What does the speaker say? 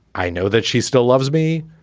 i know that she still loves me.